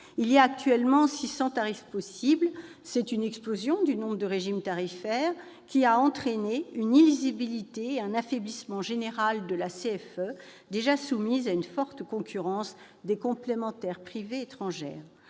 Il y a actuellement 600 tarifs possibles ! Cette explosion du nombre de régimes tarifaires a entraîné une illisibilité et un affaiblissement général de la CFE, déjà soumise à une forte concurrence des complémentaires privées étrangères.